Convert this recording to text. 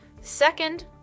Second